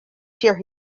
share